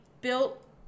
built